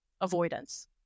avoidance